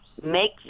make